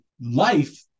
life